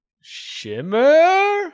Shimmer